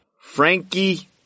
Frankie